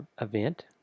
event